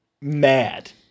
mad